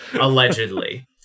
Allegedly